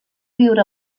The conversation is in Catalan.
viure